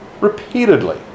repeatedly